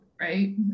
right